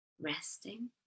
resting